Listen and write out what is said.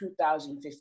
2015